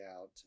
out